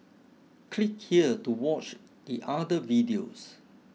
click here to watch the other videos